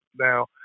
Now